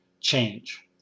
change